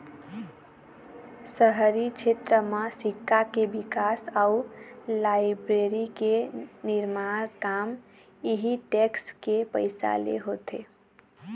शहरी छेत्र म सिक्छा के बिकास अउ लाइब्रेरी के निरमान काम इहीं टेक्स के पइसा ले होथे